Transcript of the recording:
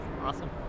Awesome